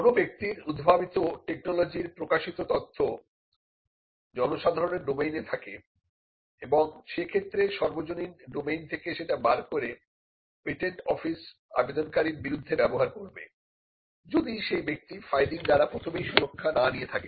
কোন ব্যক্তির উদ্ভাবিত টেকনোলজির প্রকাশিত তথ্য জনসাধারণের ডোমেইনে থাকে এবং সে ক্ষেত্রে সর্বজনীন ডোমেইন থেকে সেটা বার করে পেটেন্ট অফিস আবেদনকারীর বিরুদ্ধে ব্যবহার করবে যদি সেই ব্যক্তি ফাইলিং দ্বারা প্রথমেই সুরক্ষা না নিয়ে থাকে